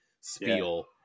spiel